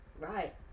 right